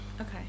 Okay